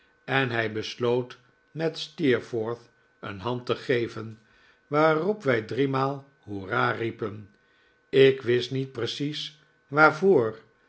en hij besloot met steerforth een hand te geven waarop wij driemaal hoera riepen ik wist niet precies waarvoor